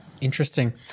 Interesting